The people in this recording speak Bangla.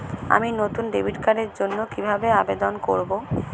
আমি নতুন ডেবিট কার্ডের জন্য কিভাবে আবেদন করব?